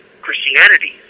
Christianity